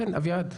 כן, אביעד.